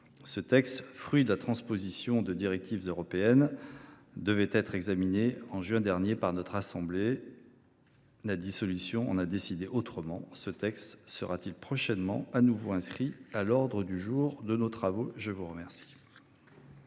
Ce texte, fruit de la transposition de directives européennes, devait être examiné au mois de juin dernier par notre assemblée. La dissolution en a décidé autrement… Ce texte sera t il prochainement réinscrit à l’ordre du jour de nos travaux ? La parole